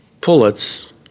pullets